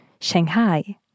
Shanghai